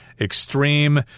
Extreme